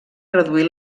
reduir